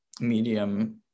medium